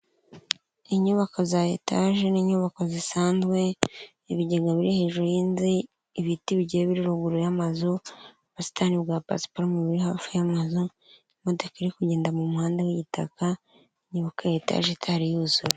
Inyubako za etaje n'inyubako zisanzwe, ibigega biri hejuru y'inzu, ibiti bigiye biri ruguru y'amazu, ubusitani bwa pasiparumu buri hafi y'amazu, imodoka iri kugenda mumuhanda w'igitaka, inyubako ya etaje itari yuzura.